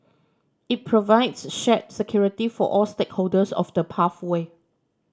it provides shared security for all stakeholders of the pathway